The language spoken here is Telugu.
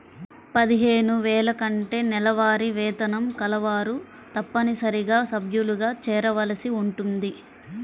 పదిహేను వేల కంటే నెలవారీ వేతనం కలవారు తప్పనిసరిగా సభ్యులుగా చేరవలసి ఉంటుంది